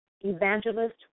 Evangelist